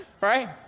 Right